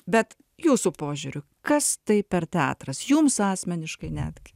bet jūsų požiūriu kas tai per teatras jums asmeniškai netgi